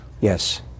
Yes